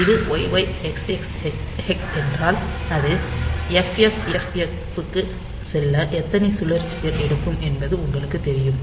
இது YYXX hex என்றால் அது FFFF க்குச் செல்ல எத்தனை சுழற்சிகள் எடுக்கும் என்று உங்களுக்குத் தெரியும்